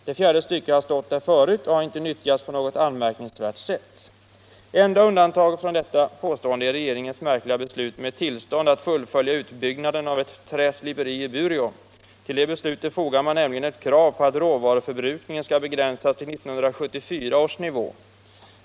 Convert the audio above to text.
Det fjärde stycket har stått där förut och har inte utnyttjats på något anmärkningsvärt sätt. Det enda undantaget från det påståendet är regeringens märkliga beslut att ge tillstånd att fullfölja utbyggnaden av ett träsliperi i Bureå. Till det beslutet fogade man nämligen ett krav på att råvaruförbrukningen skall begränsas till 1974 års nivå.